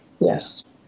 Yes